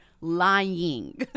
lying